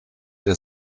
der